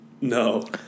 No